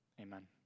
amen